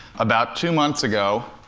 about two months ago,